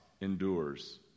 endures